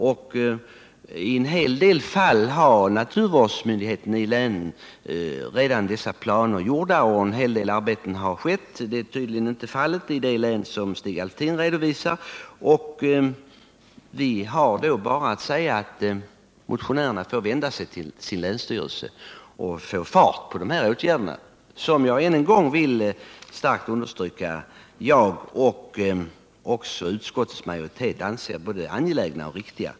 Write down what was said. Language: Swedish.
I en hel del fall har naturvårdsmyndigheterna i länen redan sådana planer. En hel del arbete har utförts. Så är tydligen inte fallet i det län som Stig Alftin talar om. Vi har då bara att säga att motionärerna får vända sig till sin länsstyrelse för att få sådana åtgärder vidtagna. Jag vill än en gång starkt understryka att jag och utskottsmajoriteten anser dem vara både angelägna och riktiga.